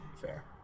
Fair